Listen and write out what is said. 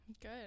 good